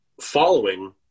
following